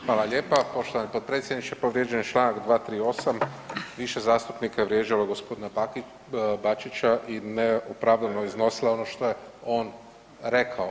Hvala lijepa poštovani potpredsjedniče povrijeđen je čl. 238., više zastupnika je vrijeđalo g. Bačića i neopravdano iznosila ono što je on rekao.